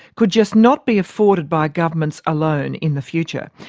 could just not be afforded by governments alone in the future?